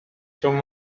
through